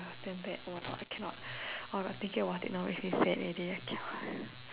was damn bad !wah! I cannot I was thinking about it now I feel sad already eh cannot